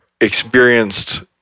experienced